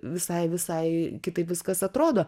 visai visai kitaip viskas atrodo